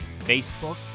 Facebook